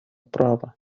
права